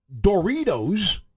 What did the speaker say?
Doritos